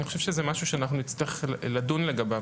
ואני חושב שזה משהו שאנחנו נצטרך לדון לגביו.